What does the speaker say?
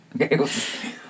Okay